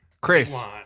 Chris